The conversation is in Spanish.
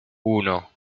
uno